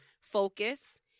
focus